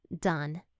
done